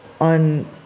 on